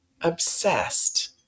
obsessed